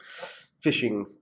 phishing